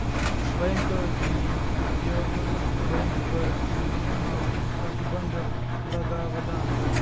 bank विनियमन bank पर नियम आउर प्रतिबंध लगावला